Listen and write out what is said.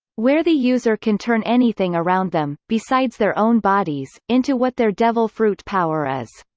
where the user can turn anything around them, besides their own bodies, into what their devil fruit power is.